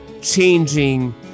changing